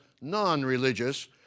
non-religious